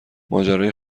ماجرای